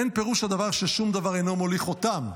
אין פירוש הדבר ששום דבר אינו מוליך אותם,